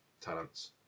Talents